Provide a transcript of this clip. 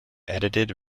edited